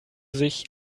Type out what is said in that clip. sich